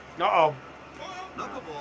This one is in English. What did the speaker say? Uh-oh